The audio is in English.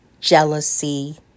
jealousy